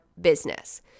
business